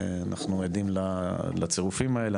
אנחנו עדים לצירופים האלה,